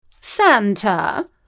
Santa